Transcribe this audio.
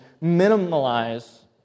minimize